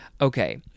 Okay